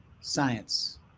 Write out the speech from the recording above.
science